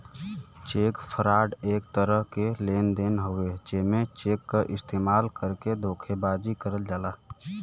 check fraud एक तरह क लेन देन हउवे जेमे चेक क इस्तेमाल करके धोखेबाजी करल जाला